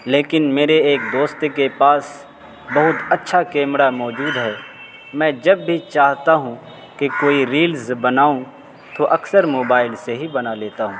لیکن میرے ایک دوست کے پاس بہت اچھا کیمرہ موجود ہے میں جب بھی چاہتا ہوں کہ کوئی ریلز بناؤں تو اکثر موبائل سے ہی بنا لیتا ہوں